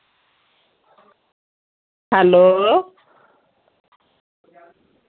hello